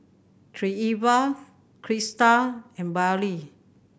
Treva Crista and Billye